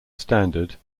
standard